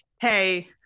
hey